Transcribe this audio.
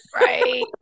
Right